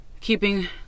keeping